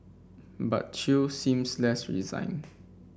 but Chew seems less resigned